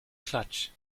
clutch